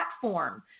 platform